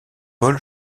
paul